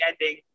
ending